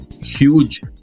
huge